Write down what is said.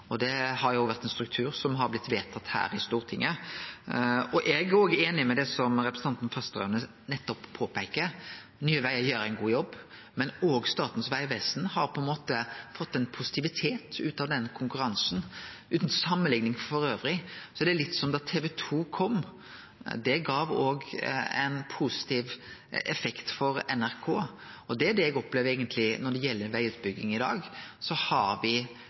og det er ein struktur som har blitt vedtatt her i Stortinget. Eg er einig i det som representanten Fasteraune påpeiker, at Nye Vegar gjer ein god jobb, men Statens vegvesen har fått ein positivitet ut av den konkurransen. Utan samanlikning: Det blir litt som da TV2 kom, det gav ein positiv effekt for NRK. Det er eigentleg det eg opplever når det gjeld vegutbygging i dag. Me har